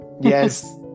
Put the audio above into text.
Yes